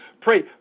Pray